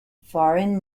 foreign